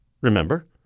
remember